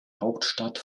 hauptstadt